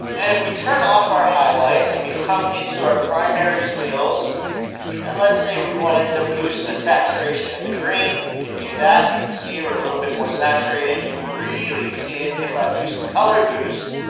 and if we turn off our highlights and we come into our primaries wheels and let's say we wanted to boost the saturation of the green, we could do that. you can see are a little bit more saturated. you can really see it if i boost the color boost,